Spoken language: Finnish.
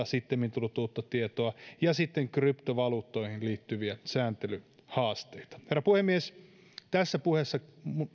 sittemmin tullut uutta tietoa ja sitten kryptovaluuttoihin liittyviä sääntelyhaasteita herra puhemies tässä puheessa